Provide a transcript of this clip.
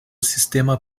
sistema